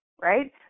right